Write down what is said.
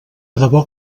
debò